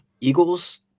Eagles